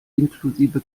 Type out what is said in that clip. inklusive